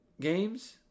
games